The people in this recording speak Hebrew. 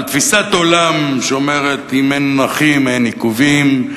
על תפיסת עולם שאומרת: אם אין נכים אין עיכובים,